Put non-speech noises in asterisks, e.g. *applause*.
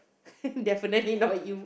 *laughs* definitely not you